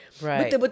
Right